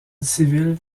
civil